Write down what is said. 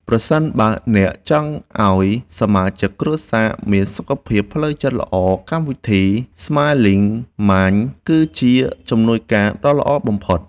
ប្រសិនបើអ្នកចង់ឱ្យសមាជិកគ្រួសារមានសុខភាពផ្លូវចិត្តល្អកម្មវិធី ស្ម៉ាយលីង ម៉ាញ (Smiling Mind) គឺជាជំនួយការដ៏ល្អបំផុត។